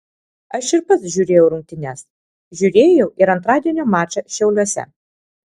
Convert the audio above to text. aš ir pats žiūrėjau rungtynes žiūrėjau ir antradienio mačą šiauliuose